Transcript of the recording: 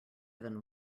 than